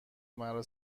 مرا